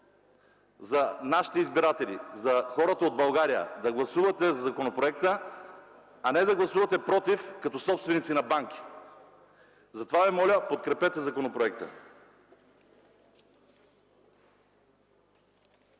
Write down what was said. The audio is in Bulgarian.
за нашите избиратели, за хората от България, да гласувате законопроекта, а не да гласувате против – като собственици на банки. Моля ви, подкрепете законопроекта.